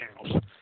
channels